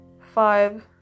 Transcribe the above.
five